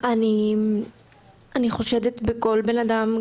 אני חושדת בכל בן אדם,